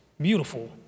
beautiful